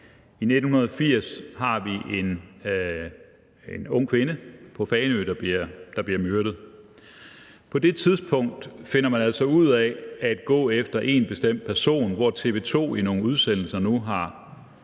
I 1980 har vi en ung kvinde på Fanø, der bliver myrdet. På det tidspunkt finder man altså ud af at gå efter én bestemt person, og TV 2 har nu i nogle udsendelser